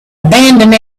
abandoned